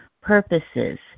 purposes